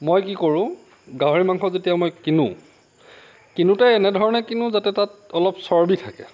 মই কি কৰোঁ গাহৰি মাংস যেতিয়া মই কিনোঁ কিনোঁতে এনে ধৰণে কিনোঁ যাতে তাত অলপ চৰ্বী থাকে